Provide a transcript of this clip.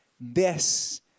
this-